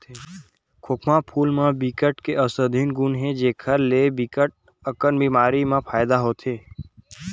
खोखमा फूल म बिकट के अउसधी गुन हे जेखर ले बिकट अकन बेमारी म फायदा होथे